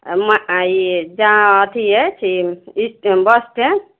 ई जहाँ अथि अछि ई बस स्टैण्ड